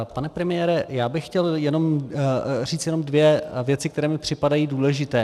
Pane premiére, já bych chtěl říct jenom dvě věci, které mi připadají důležité.